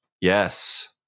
Yes